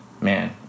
Man